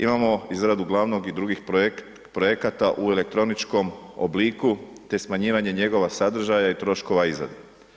Imamo izradu glavnog i drugih projekata u elektroničkom obliku, te smanjivanje njegova sadržaja i troškova izrade.